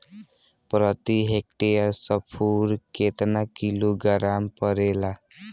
प्रति हेक्टेयर स्फूर केतना किलोग्राम परेला?